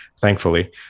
Thankfully